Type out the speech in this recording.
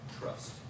trust